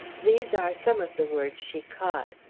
these are some of the words she caught